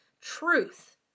truth